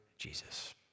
Jesus